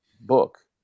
book